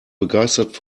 begeistert